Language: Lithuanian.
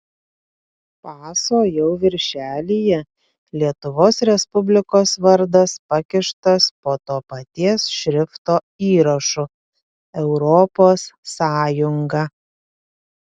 paso jau viršelyje lietuvos respublikos vardas pakištas po to paties šrifto įrašu europos sąjunga